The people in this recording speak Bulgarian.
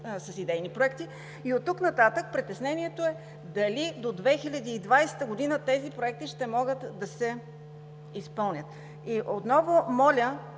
с идейни проекти, оттук нататък притеснението е дали 2020 г. тези проекти ще могат да се изпълнят. Отново моля